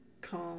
calm